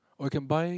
or you can buy